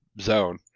zone